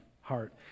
heart